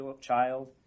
child